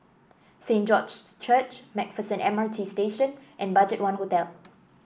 Saint George's Church MacPherson M R T Station and BudgetOne Hotel